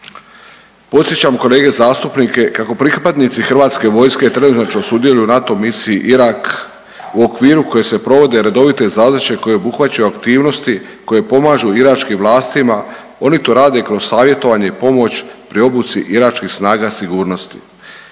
Podsjećam kolege zastupnike kako pripadnici hrvatske vojske trenutačno sudjeluju u NATO misiji Irak u okviru koje se provode redovite zadaće koje obuhvaćaju aktivnosti koje pomažu iračkim vlastima, oni to rade kroz savjetovanje i pomoć pri obuci iračkih snaga sigurnosti.